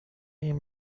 این